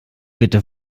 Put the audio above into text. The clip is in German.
bitte